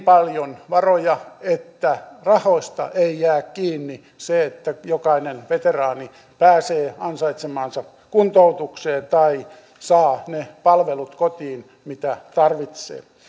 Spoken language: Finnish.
paljon varoja että rahoista ei jää kiinni se että jokainen veteraani pääsee ansaitsemaansa kuntoutukseen tai saa kotiin ne palvelut mitä tarvitsee